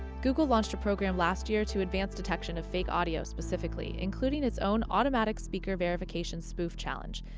google launched a program last year to advance detection of fake audio specifically, including its own automatic speaker verification spoof challenge,